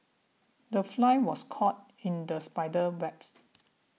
the fly was caught in the spider's webs